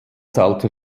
zahlte